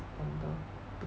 september